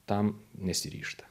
tam nesiryžta